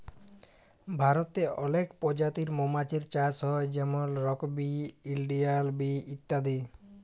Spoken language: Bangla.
ভারতে অলেক পজাতির মমাছির চাষ হ্যয় যেমল রক বি, ইলডিয়াল বি ইত্যাদি